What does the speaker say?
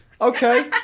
Okay